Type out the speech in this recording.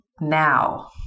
now